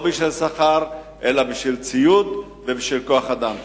לא בשביל שכר אלא בשביל ציוד ובשביל כוח-אדם.